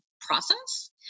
process